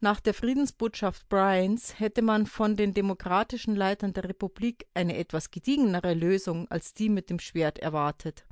nach der friedensbotschaft bryans hätte man von den demokratischen leitern der republik eine etwas gediegenere lösung als die mit dem schwert erwartet